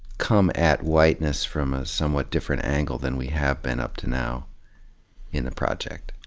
come at whiteness from a somewhat different angle than we have been up to now in the project.